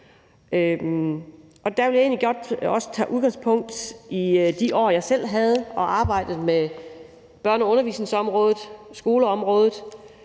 Og der vil jeg egentlig godt også tage udgangspunkt i de år, jeg selv arbejdede med børne- og undervisningsområdet, skoleområdet,